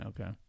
Okay